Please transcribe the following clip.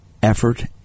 Effort